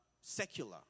secular